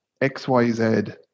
XYZ